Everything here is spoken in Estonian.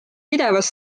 pidevas